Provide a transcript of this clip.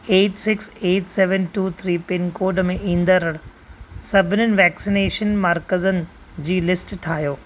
eight six eight seven two three pincode में ईंदड़ सभिनीनि वैक्सिनेशन मर्कज़नि जी लिस्ट ठाहियो